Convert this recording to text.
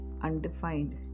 undefined